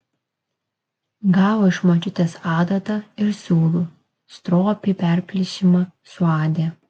gavo iš močiutės adatą ir siūlų stropiai perplyšimą suadė